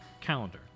calendar